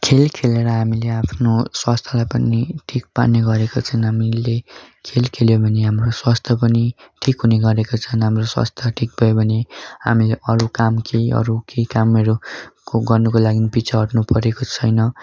खेल खेलेर हामीले आफ्नो स्वास्थ्यलाई पनि ठिक पार्ने गरेको छौँ हामीले खेल खेल्यौँ भने हाम्रो स्वास्थ्य पनि ठिक हुने गरेको छन् हाम्रो स्वास्थ्य ठिक भयो भने हामीले अरू काम कही अरू केही कामहरू गर्नुको लागि पिछे हटनु परेको छैन